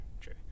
true